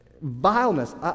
vileness